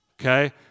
okay